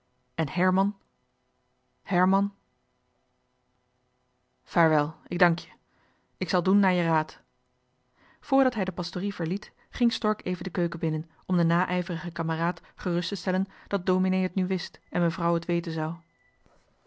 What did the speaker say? en herman herman vaarwel ik dank je ik zal doen naar je raad voordat hij de pastorie verliet ging stork even de keuken binnen om de naijverige kameraad gerust te stellen dat dominee het nu wist en mevrouw het weten zou